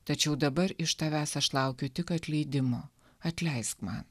tačiau dabar iš tavęs aš laukiu tik atleidimo atleisk man